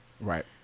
right